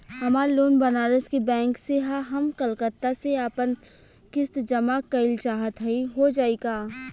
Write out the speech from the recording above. हमार लोन बनारस के बैंक से ह हम कलकत्ता से आपन किस्त जमा कइल चाहत हई हो जाई का?